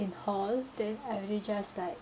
in hall then I really just like